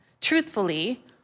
Truthfully